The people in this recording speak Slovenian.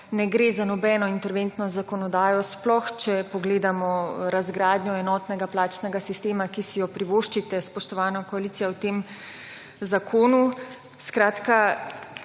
ne gre za nobeno interventno zakonodajo, sploh če pogledamo razgradnjo enotnega plačnega sistema, ki si jo privoščite, spoštovana koalicija, v tem zakonu. Ponovno